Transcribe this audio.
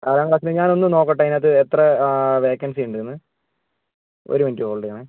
നാലാം ക്ലാസിൽ ഞാൻ ഒന്നു നോക്കട്ടെ ഇതിനകത്ത് എത്ര വേക്കൻസി ഉണ്ട് എന്ന് ഒരു മിനുട്ട് ഹോൾഡ് ചെയ്യണേ